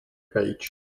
page